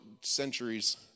centuries